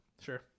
Sure